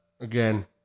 again